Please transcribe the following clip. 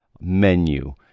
menu